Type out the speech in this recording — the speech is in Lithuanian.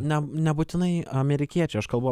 ne nebūtinai amerikiečių aš kalbu